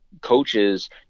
coaches